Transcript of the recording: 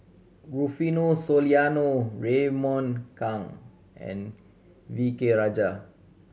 Rufino Soliano Raymond Kang and V K Rajah